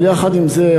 יחד עם זה,